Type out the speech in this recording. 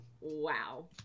Wow